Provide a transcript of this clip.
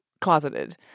Closeted